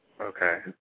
Okay